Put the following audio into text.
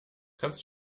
kannst